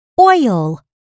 Oil